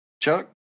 Chuck